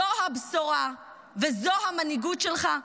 זו הבשורה וזו המנהיגות שלך?